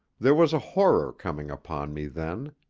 there was a horror coming upon me then.